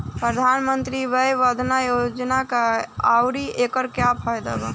प्रधानमंत्री वय वन्दना योजना का ह आउर एकर का फायदा बा?